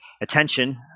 attention